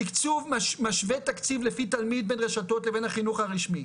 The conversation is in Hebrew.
התקצוב משווה תקציב לפי תלמיד בין רשתות לבין החינוך הרשמי,